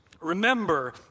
Remember